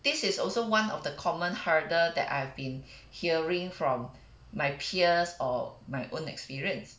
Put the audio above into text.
this is also one of the common hurdle that I've been hearing from my peers or my own experience